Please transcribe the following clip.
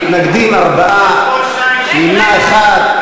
מתנגדים, 4, נמנע אחד.